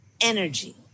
energy